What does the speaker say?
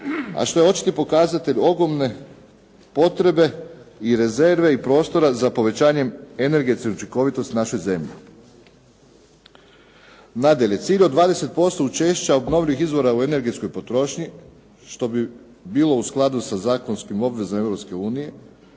a što je očiti pokazatelj ogromne potrebe i rezerve i prostora za povećanjem energetske učinkovitosti naše zemlje. Nadalje, cilj od 20% učešća obnovljivih izvora u energetskoj potrošnji što bi bilo u skladu sa zakonskim obvezama